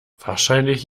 wahrscheinlich